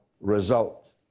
result